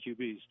QBs